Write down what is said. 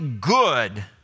good